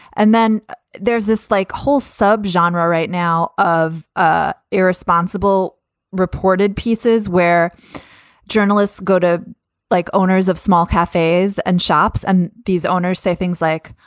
and then there's this like whole sub genre right now of ah irresponsible reported pieces where journalists go to like owners of small cafes and shops. and these owners say things like,